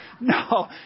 No